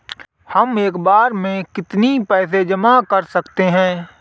हम एक बार में कितनी पैसे जमा कर सकते हैं?